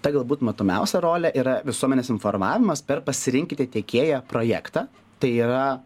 ta galbūt matomiausia rolė yra visuomenės informavimas per pasirinkite tiekėją projektą tai yra